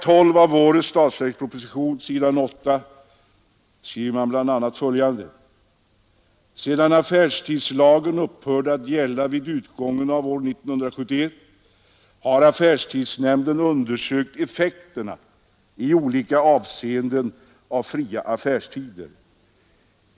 12 av årets statsverksproposition, s. 8, skriver man bl.a. följande: ”Sedan affärstidslagen upphörde att gälla vid utgången av år 1971 har affärstidsnämnden undersökt effekterna i olika avseenden av fria affärstider.